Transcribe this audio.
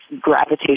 gravitation